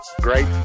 great